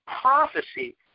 prophecy